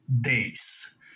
days